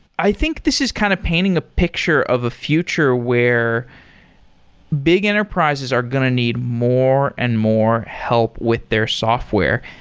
i think this is kind of painting a picture of a future where big enterprises are going to need more and more help with their software.